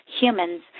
humans